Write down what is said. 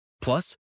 Plus